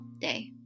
day